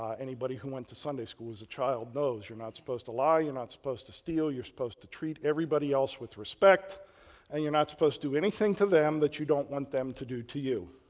ah anybody who went to sunday school as a child knows you're not supposed to lie, you're not supposed to steal, you're supposed to treat everybody else with respect and you're not supposed to do anything to them that you don't want them to do to you,